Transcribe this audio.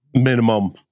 minimum